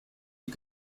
die